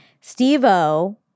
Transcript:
Steve-O